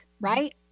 right